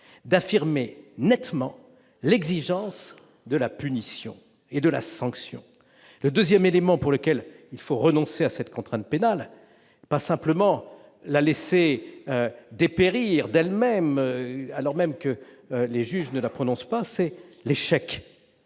d'affirmer nettement l'exigence de la punition et de la sanction. Le deuxième élément pour lequel il faut renoncer à cette contrainte pénale, et non simplement la laisser dépérir d'elle-même alors que les juges ne la prononcent pas, est son échec